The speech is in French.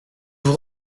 vous